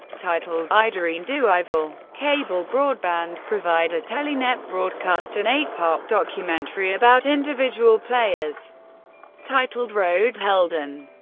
titled iedereen duivel. cable broadband provider telenet broadcast an eight-part documentary about individual players titled rode helden.